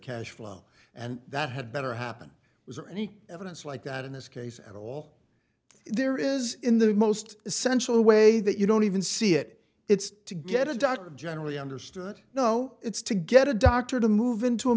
cash flow and that had better happen was there any evidence like that in this case at all there is in the most essential way that you don't even see it it's to get a doctor generally understood no it's to get a doctor to move into a